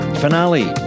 finale